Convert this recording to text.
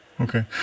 Okay